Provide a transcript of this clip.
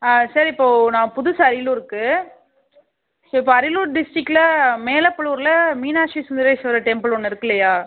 sir இப்போ நான் புதுசு அரியலூர்க்கு ஸோ இப்போ அரியலூர் டிஸ்டிக்கில மேலப்பலூரில் மீனாட்சி சுந்தரேஸ்வரர் டெம்பிள் ஒன்று இருக்குல்லையா